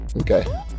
Okay